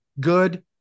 good